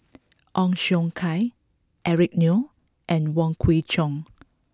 Ong Siong Kai Eric Neo and Wong Kwei Cheong